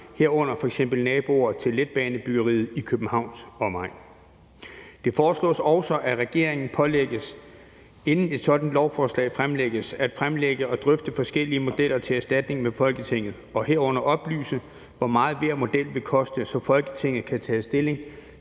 herunder f.eks. naboer til letbanebyggeriet i Københavns omegn. Det foreslås også, at regeringen pålægges, inden et sådant lovforslag fremsættes, at fremlægge og drøfte forskellige modeller til erstatning med Folketinget og herunder oplyse, hvor meget hver model vil koste, så Folketinget kan tage stilling